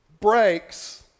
breaks